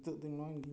ᱱᱤᱛᱳᱜ ᱫᱚ ᱱᱚᱶᱟ ᱜᱮ